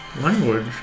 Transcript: Language